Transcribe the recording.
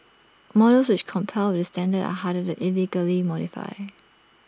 models which comply with this standard are harder to illegally modify